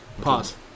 Pause